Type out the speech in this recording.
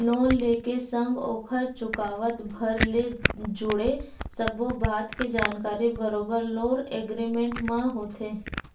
loan ले के संग ओखर चुकावत भर ले जुड़े सब्बो बात के जानकारी बरोबर लोन एग्रीमेंट म होथे